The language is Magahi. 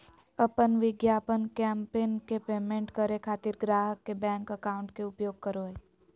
अपन विज्ञापन कैंपेन के पेमेंट करे खातिर ग्राहक के बैंक अकाउंट के उपयोग करो हइ